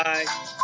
Bye